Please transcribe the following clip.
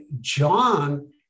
John